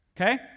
okay